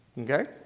okay?